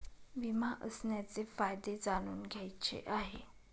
विमा असण्याचे फायदे जाणून घ्यायचे आहे